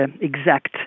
exact